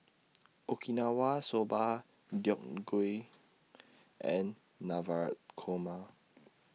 Okinawa Soba Gui and Korma